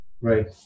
right